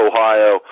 Ohio